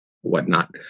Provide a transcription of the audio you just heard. whatnot